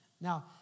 Now